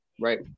right